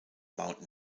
mount